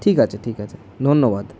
ঠিক আছে ঠিক আছে ধন্যবাদ